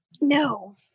No